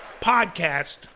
podcast